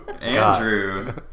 Andrew